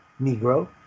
Negro